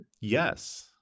Yes